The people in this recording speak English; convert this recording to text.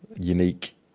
unique